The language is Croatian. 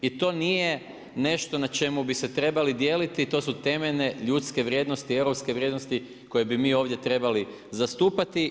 I to nije nešto na čemu bi se trebali dijeliti, to su temeljne ljudske vrijednosti, europske vrijednosti, koje bi mi ovdje trebali zastupati.